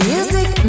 Music